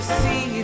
see